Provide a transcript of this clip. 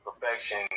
perfection